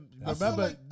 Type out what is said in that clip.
Remember